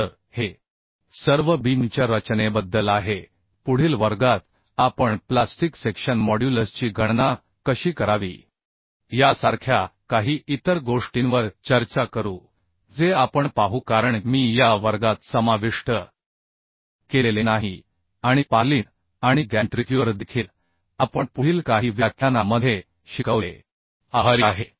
तर हे सर्व बीमच्या रचनेबद्दल आहे पुढील वर्गात आपण प्लास्टिक सेक्शन मॉड्युलसची गणना कशी करावी यासारख्या काही इतर गोष्टींवर चर्चा करू जे आपण पाहू कारण मी या वर्गात समाविष्ट केलेले नाही आणि पार्लिन आणि गॅन्ट्रिग्युअर देखील आपण पुढील काही व्याख्याना मध्ये शिकवले आभारी आहे